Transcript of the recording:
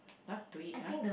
uh to eat ah